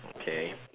okay